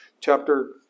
chapter